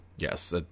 Yes